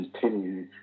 continue